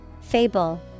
Fable